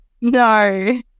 no